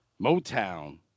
motown